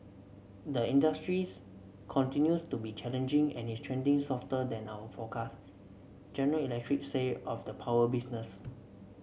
the industries continues to be challenging and is trending softer than our forecast General Electric said of the power business